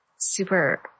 super